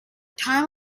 time